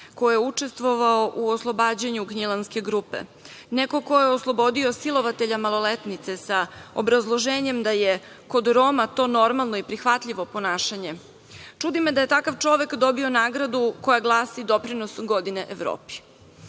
ko je učestvovao u oslobađanju „gnjilanske grupe“, neko ko je oslobodio silovatelja maloletnice sa obrazloženjem da je kod Roma to normalno i prihvatljivo ponašanje, čudi me da je takav čovek dobio nagradu koja glasi – Doprinos godine Evropi.